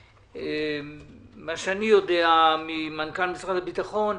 וממה שאני יודע ממנכ"ל משרד הביטחון,